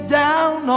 down